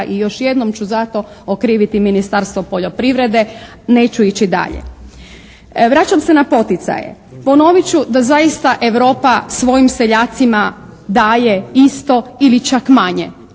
I još jednom ću zato okriviti Ministarstvo poljoprivrede, neću ići dalje. Vraćam se na poticaje. Ponovit ću da zaista Europa svojim seljacima daje isto ili čak manje.